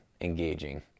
engaging